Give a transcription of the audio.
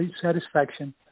satisfaction